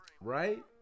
Right